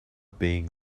being